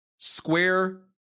Square